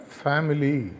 family